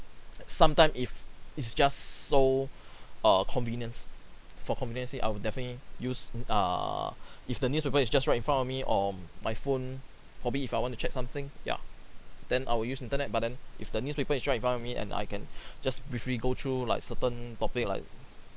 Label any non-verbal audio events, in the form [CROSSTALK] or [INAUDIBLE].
sometime if it's just so [BREATH] err convenience for convenience sake I will definitely use n~ err [BREATH] if the newspaper is just right in front of me or my phone probably if I want to check something yeah then I will use internet but then if the newspaper is right by me and I can [BREATH] just briefly go through like certain topic like